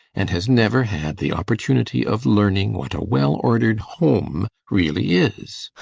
and has never had the opportunity of learning what a well-ordered home really is.